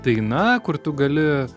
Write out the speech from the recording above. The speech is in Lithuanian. daina kur tu gali